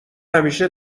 همیشه